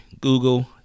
Google